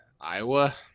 Iowa